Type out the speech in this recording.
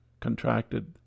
contracted